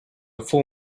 full